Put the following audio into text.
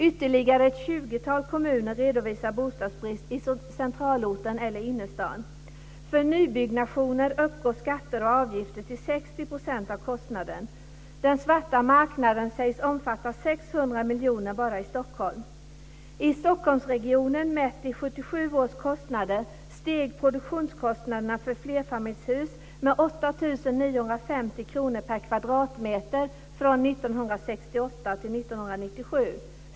Ytterligare ett tjugotal kommuner redovisar bostadsbrist i centralorten eller innerstaden. 60 % av kostnaden. Den svarta marknaden sägs omfatta 600 miljoner kronor bara i Stockholm. I Stockholmsregionen mätt i 1997 års kostnader steg produktionskostnaderna för flerfamiljshus med 8 950 kr per kvadratmeter från 1968 till 1997.